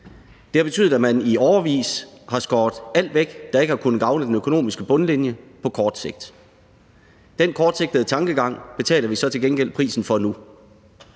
Det har betydet, at man i årevis har skåret alt væk, der ikke har kunnet gavne den økonomiske bundlinje på kort sigt. Den kortsigtede tankegang betaler vi så til gengæld prisen for nu.